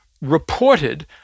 reported